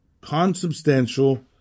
consubstantial